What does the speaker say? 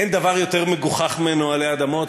אין דבר יותר מגוחך ממנו עלי אדמות,